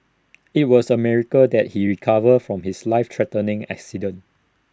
IT was A miracle that he recovered from his life threatening accident